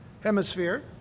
Hemisphere